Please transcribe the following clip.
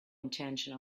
intention